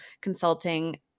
consulting